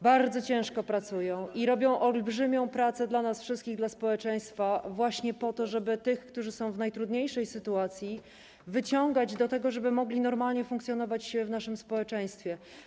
Bardzo ciężko pracują, wykonują olbrzymią pracę dla nas wszystkich, dla społeczeństwa właśnie po to, żeby tym, którzy są w najtrudniejszej sytuacji, pomagać, żeby mogli normalnie funkcjonować w naszym społeczeństwie.